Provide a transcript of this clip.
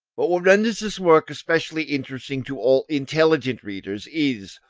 but what renders this work especially interesting to all intelligent readers is,